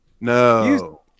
no